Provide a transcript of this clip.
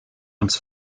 ans